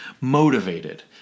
motivated